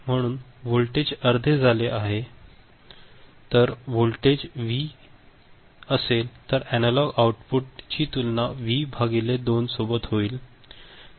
म्हणून वोल्टेज अर्धे होईल जर वोल्टेज व्ही असेल तर अनालॉग आउटपुट ची तुलना व्ही भागिले 2 सोबत होईल